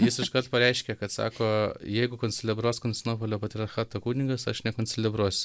jis iškart pareiškė kad sako jeigu koncelebruos konstinopolio patriarchato kunigas aš nekoncelebruosiu